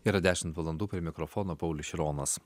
yra dešimt valandų prie mikrofono paulius šironas